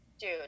dude